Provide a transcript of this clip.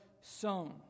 sown